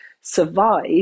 survive